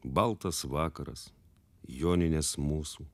baltas vakaras joninės mūsų